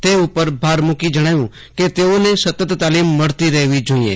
તે ઉપર ભાર મૂકી જણાવ્યું કે તેઓને સતત તાલીમ મળતી રહેવી જોઇએ